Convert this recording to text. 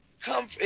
come